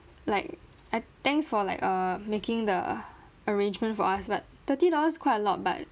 like uh thanks for like err making the arrangement for us but thirty dollars quite a lot but